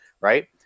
right